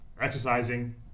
exercising